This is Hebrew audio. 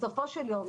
בסופו של יום,